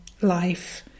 life